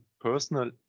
personal